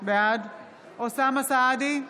בעד אוסאמה סעדי,